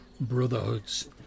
brotherhood's